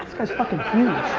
guy's fuckin' huge.